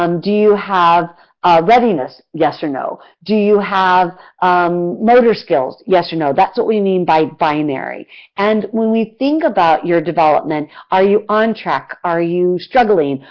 do you have readiness? yes or no? do you have um motor skills? yes or no? that's what we mean by binary and when we think about your development are you on track? are you struggling?